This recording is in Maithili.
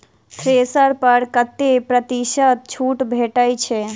थ्रेसर पर कतै प्रतिशत छूट भेटय छै?